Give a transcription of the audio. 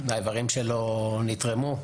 והאיברים שלו נתרמו.